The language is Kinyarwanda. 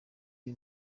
iri